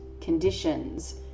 conditions